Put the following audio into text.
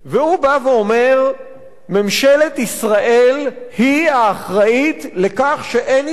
ממשלת ישראל היא האחראית לכך שאין התקדמות לשלום בנושא הפלסטיני.